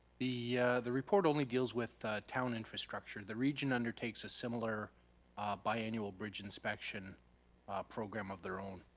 the the report only deals with town infrastructure, the region undertakes a similar bi-annual bridge inspection program of their own.